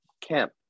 camp